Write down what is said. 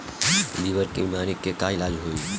Liver के बीमारी के का इलाज होई?